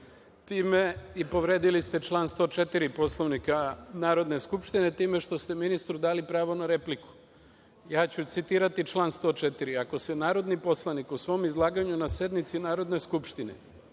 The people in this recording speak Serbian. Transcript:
time i povredili ste i član 104. Poslovnika Narodne skupštine time što ste ministru dali pravo na repliku. Citiraću član 104. – ako se narodni poslanik u svom izlaganju na sednici Narodne skupštine